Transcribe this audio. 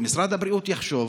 ומשרד הבריאות יחשוב,